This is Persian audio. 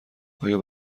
آیا